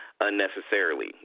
unnecessarily